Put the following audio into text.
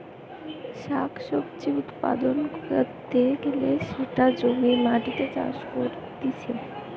শাক সবজি উৎপাদন ক্যরতে গ্যালে সেটা জমির মাটিতে চাষ করতিছে